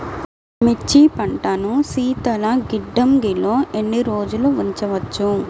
మిర్చి పంటను శీతల గిడ్డంగిలో ఎన్ని రోజులు ఉంచవచ్చు?